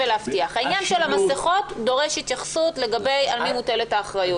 העניין של המסכות דורש התייחסות על מי מוטלת אחריות.